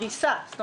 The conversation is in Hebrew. זו